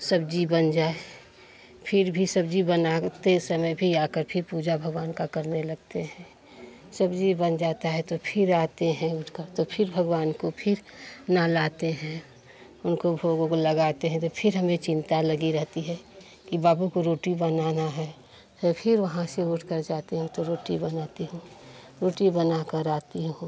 सब्ज़ी बन जाए फ़िर भी सब्ज़ी बनाते समय भी आकर फ़िर पूजा भगवान का करने लगते हैं सब्ज़ी बन जाता है तो फ़िर आते हैं उठकर तो फ़िर भगवान को फ़िर नहलाते हैं उनको भोग ओग लगाते हैं तो फ़िर हमें चिंता लगी रहती है कि बाबू को रोटी बनाना है तो फ़िर वहाँ से उठकर जाती हूँ तो रोटी बनाती हूँ रोटी बनाकर आती हूँ